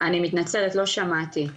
אני מתנצלת, לא שמעתי.